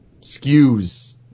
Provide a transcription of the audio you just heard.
skews